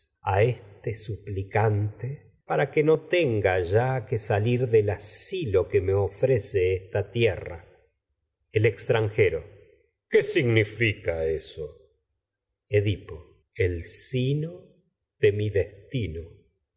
pues este supli cante para que no tenga ya que salir del asilo que me ofrece el esta tierra extranjero el qué significa eso mi edipo el sino de destino